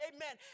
Amen